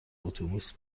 اتوبوس